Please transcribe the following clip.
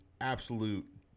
absolute